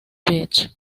beach